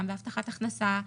גם בהבטחת הכנסה,